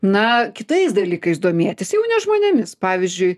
na kitais dalykais domėtis jau ne žmonėmis pavyzdžiui